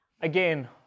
Again